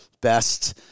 best